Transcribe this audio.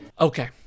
okay